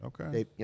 okay